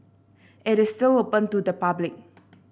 it is still open to the public